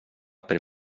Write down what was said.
per